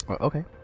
Okay